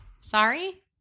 Sorry